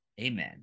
amen